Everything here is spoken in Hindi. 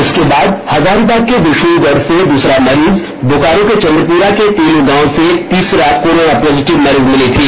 इसके बाद हजारीबाग को विष्णुगढ़ से दूसरा मरीज बोकारो के चंद्रपुरा के तेलो गांव से तीसरी कोरोना पॉजिटिव मरीज मिली थी